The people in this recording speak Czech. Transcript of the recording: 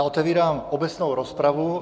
Otevírám obecnou rozpravu.